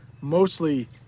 mostly